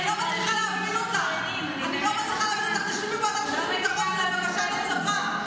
אנחנו נמצאים בהעלאת גיל הפטור לבקשת הצבא.